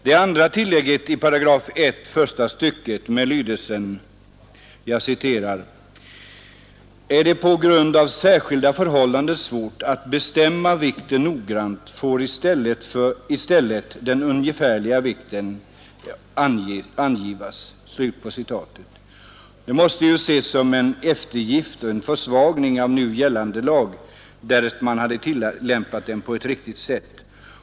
Det andra föreslagna tillägget i I § första stycket har lydelsen: ”Är det på grund av särskilda förhållanden svårt att bestämma vikten noggrant, får i stället den ungefärliga vikten angivas.” Det måste ses som en försvagning av nu gällande lag, därest man hade tillämpat den på ett riktigt sätt.